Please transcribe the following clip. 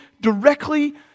directly